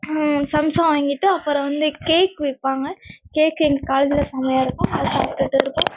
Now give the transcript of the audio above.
சம்சா வாங்கிட்டு அப்புறம் வந்து கேக் விற்பாங்க கேக் எங்கள் காலேஜில் செமையாக இருக்கும் அது சாப்பிட்டு இருப்போம்